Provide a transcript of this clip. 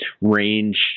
range